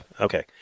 Okay